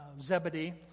Zebedee